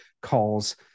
calls